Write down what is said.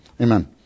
Amen